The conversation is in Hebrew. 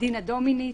דינה דומיניץ,